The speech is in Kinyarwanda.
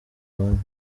bandi